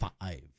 Five